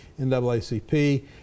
NAACP